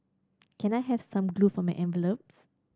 can I have some glue for my envelopes